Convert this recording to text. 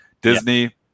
Disney